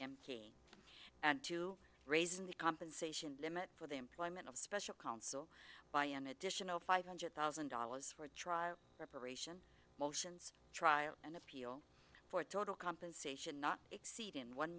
m and to raise in the compensation limit for the employment of special counsel by an additional five hundred thousand dollars for trial preparation motions trial and appeal for total compensation not exceeding one